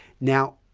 now,